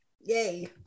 Yay